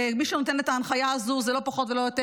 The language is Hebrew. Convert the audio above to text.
מי שנותן את ההנחיה הזאת זה לא פחות ולא יותר,